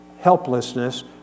helplessness